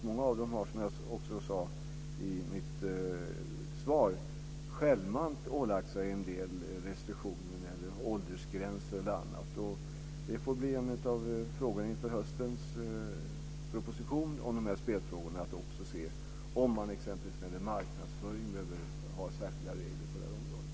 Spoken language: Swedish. Många av dem har, som jag också sade i mitt svar, självmant ålagt sig restriktioner när det gäller t.ex. åldersgränser. Det får bli en av frågorna inför höstens proposition om spelfrågor, om man behöver ha särskilda regler för marknadsföring.